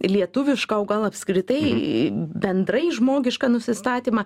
lietuvišką o gal apskritai bendrai žmogišką nusistatymą